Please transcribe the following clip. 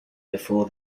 before